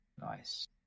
Nice